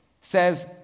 Says